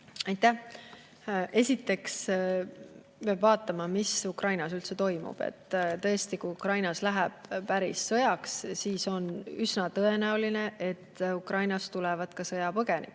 Aitäh! Esiteks peab vaatama, mis Ukrainas üldse toimub. Tõesti, kui Ukrainas läheb päris sõjaks, siis on üsna tõenäoline, et Ukrainast tulevad ka sõjapõgenikud.